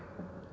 वयर